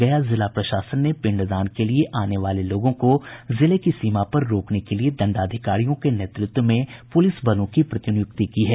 गया जिला प्रशासन ने पिंडदान के लिए आने वाले लोगों को जिले की सीमा पर रोकने के लिये दंडाधिकारियों के नेतृत्व में पुलिस बलों की प्रतिनियुक्ति की है